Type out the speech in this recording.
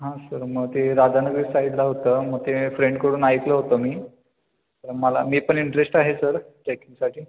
हां सर मग ते राधानगरी साईडला होतं मग ते फ्रेंडकडून ऐकलं होतं मी मला मी पण इंटरेस्ट आहे सर ट्रेकिंगसाठी